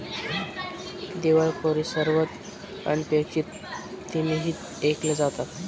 दिवाळखोरी सर्वात अनपेक्षित तिमाहीत ऐकल्या जातात